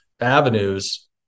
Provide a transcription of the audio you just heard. avenues